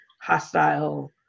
hostile